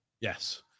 Yes